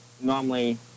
normally